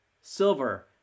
silver